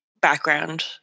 background